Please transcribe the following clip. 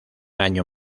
año